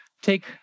take